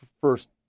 first